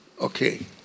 Okay